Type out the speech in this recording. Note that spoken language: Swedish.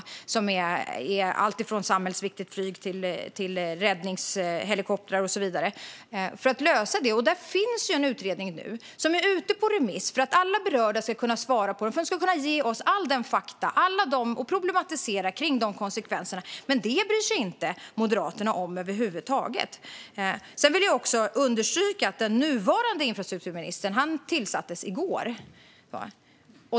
Det handlar om att lösa alltifrån samhällsviktigt flyg till räddningshelikoptrar och så vidare. Där finns nu en utredning som är ute på remiss för att alla berörda ska kunna svara på den och ge oss alla fakta och problematisera kring konsekvenserna. Men det bryr sig inte Moderaterna om över huvud taget. Sedan vill jag understryka att den nuvarande infrastrukturministern tillsattes i går.